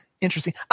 interesting